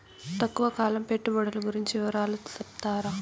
తక్కువ కాలం పెట్టుబడులు గురించి వివరాలు సెప్తారా?